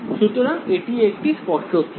সুতরাং এটি একটি স্পর্শক ক্ষেত্র